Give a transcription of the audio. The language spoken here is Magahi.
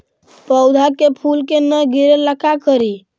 पौधा के फुल के न गिरे ला का करि?